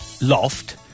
loft